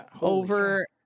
over